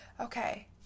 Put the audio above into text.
okay